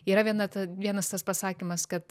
yra viena ta vienas tas pasakymas kad